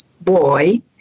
boy